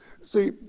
See